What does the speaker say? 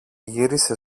γύρισε